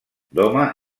doma